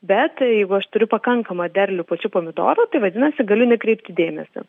bet jeigu aš turiu pakankamą derlių pačių pomidorų tai vadinasi galiu nekreipti dėmesio